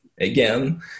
again